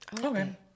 Okay